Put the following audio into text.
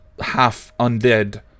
half-undead